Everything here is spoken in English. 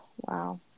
wow